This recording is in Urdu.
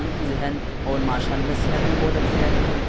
ان كی ذہن اور ماشاء اللّہ صحت بھی بہت اچّھی رہتی ہے